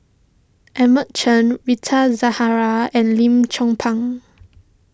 Edmund Chen Rita Zahara and Lim Chong Pang